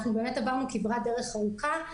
באמת עברנו כברת דרך ארוכה.